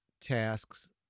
tasks